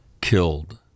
killed